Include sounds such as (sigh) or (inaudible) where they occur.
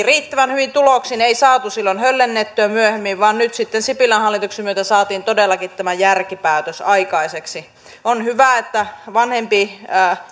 (unintelligible) riittävän hyvin tuloksin saatu höllennettyä myöhemmin vaan nyt sitten sipilän hallituksen myötä saatiin todellakin tämä järkipäätös aikaiseksi on hyvä että vanhempi